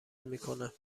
میکنه